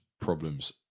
problems